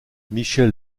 michel